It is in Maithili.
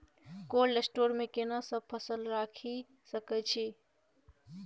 कोल्ड स्टोर मे केना सब फसल रखि सकय छी?